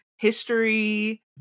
History